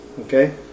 Okay